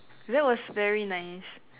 that was very nice